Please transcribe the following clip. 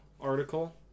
article